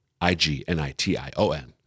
I-G-N-I-T-I-O-N